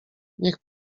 niech